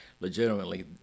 legitimately